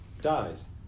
dies